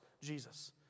Jesus